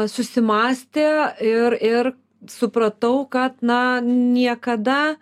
susimąstė ir ir supratau kad na niekada